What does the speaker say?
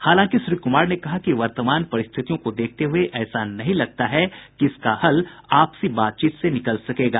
हालांकि श्री कुमार कहा कि वर्तमान परिस्थितियों को देखते हुए ऐसा नहीं लगता है कि इसका हल आपसी बातचीत से निकल सकेगा